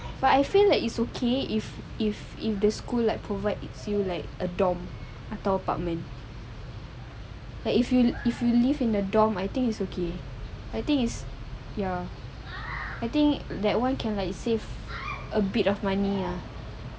but I feel that it's okay if if if the school like provide it feel like a dorm atau apartment like if you if you live in the dorm I think it's okay I think it's ya I think that one can like save a bit of money